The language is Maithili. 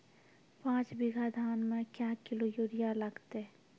पाँच बीघा धान मे क्या किलो यूरिया लागते?